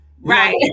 right